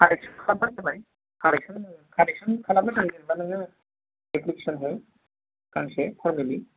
connection खालामबानो जाबाय connection connection खालामनो थाखाय जेन'बा नोङो एप्लिकेशन हो गांसे परमिलि